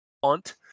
font